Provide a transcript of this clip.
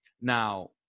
Now